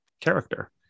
character